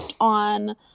on